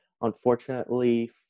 Unfortunately